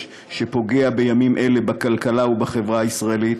שפוגע בימים אלה בכלכלה ובחברה הישראלית,